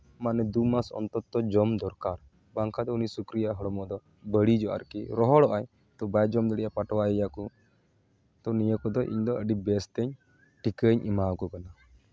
ᱢᱟᱱᱮ ᱫᱩ ᱢᱟᱥ ᱚᱱᱛᱚᱨ ᱚᱱᱛᱚᱨ ᱡᱚᱢ ᱫᱚᱨᱠᱟᱨ ᱵᱟᱝᱠᱷᱟᱱ ᱫᱚ ᱩᱱᱤ ᱥᱩᱠᱨᱤᱭᱟᱜ ᱦᱚᱲᱢᱚ ᱫᱚ ᱵᱟᱹᱲᱤᱡᱚᱜᱼᱟ ᱟᱨᱠᱤ ᱨᱚᱦᱚᱲᱚᱜ ᱟᱭ ᱛᱳ ᱵᱟᱭ ᱡᱚᱢ ᱫᱟᱲᱮᱭᱟᱜᱼᱟ ᱯᱟᱴᱣᱟᱭᱟᱠᱚ ᱛᱳ ᱱᱤᱭᱟᱹ ᱠᱚᱫᱚ ᱤᱧᱫᱚ ᱵᱮᱥᱛᱤᱧ ᱴᱤᱠᱟᱹᱧ ᱮᱢᱟᱣ ᱠᱚ ᱠᱟᱱᱟ